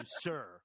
sir